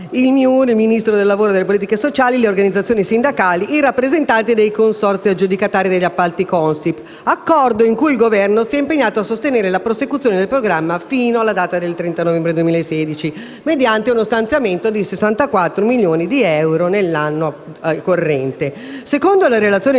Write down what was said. il Ministero del lavoro e delle politiche sociali, le organizzazioni sindacali e i rappresentanti dei consorzi aggiudicatari degli appalti Consip; accordo in cui il Governo si è impegnato a sostenere la prosecuzione del programma sino alla data del 30 novembre 2016, mediante lo stanziamento di ulteriori 64 milioni di euro nell'anno 2016.